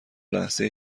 لحظه